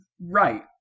right